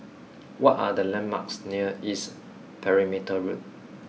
what are the landmarks near East Perimeter Road